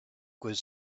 would